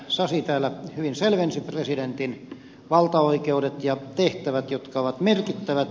sasi täällä hyvin selvensi presidentin valtaoikeudet ja tehtävät jotka ovat merkittävät